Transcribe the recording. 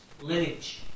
lineage